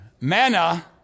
manna